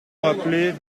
rappeler